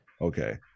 Okay